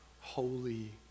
holy